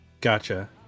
Gotcha